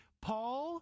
Paul